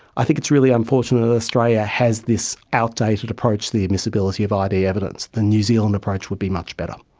i think it's really unfortunate that australia has this outdated approach to the admissibility of id evidence. the new zealand approach would be much better.